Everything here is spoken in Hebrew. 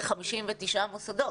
זה 59 מוסדות.